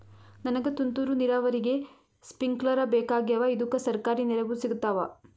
ನನಗ ತುಂತೂರು ನೀರಾವರಿಗೆ ಸ್ಪಿಂಕ್ಲರ ಬೇಕಾಗ್ಯಾವ ಇದುಕ ಸರ್ಕಾರಿ ನೆರವು ಸಿಗತ್ತಾವ?